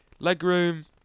legroom